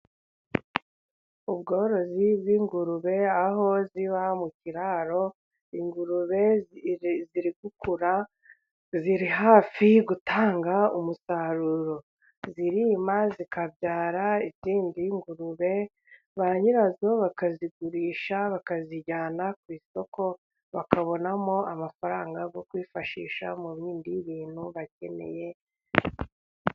Ubworozi bw'ingurube aho ziba mu kiraro, ingurube ziri gukura, ziri hafi gutanga umusaruro. Zirima zikabyara izindi ngurube, ba nyirazo bakazigurisha bakazijyana ku isoko, bakabonamo amafaranga yo kwifashisha mu bindi bintu bakeneye.